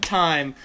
time